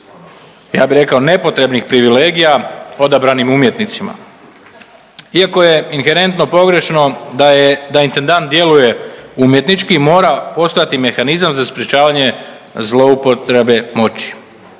ja bi rekao nepotrebnih privilegija odabranim umjetnicima. Iako je inherentno pogrešno da je, da intendant djeluje umjetnički mora postojati mehanizam za sprječavanje zloupotrebe moći.